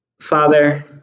Father